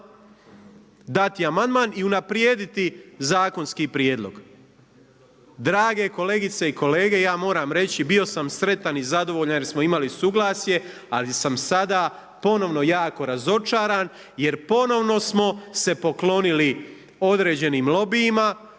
dati amandman i unaprijediti zakonski prijedlog. Drage kolegice i kolege, ja moram reći, bio sam sretan i zadovoljan jer smo imali suglasje ali sam sada ponovno jako razočaran jer ponovno smo se poklonili određenim lobijima,